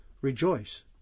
rejoice